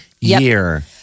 year